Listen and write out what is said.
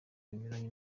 bunyuranye